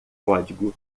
código